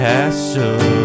Castle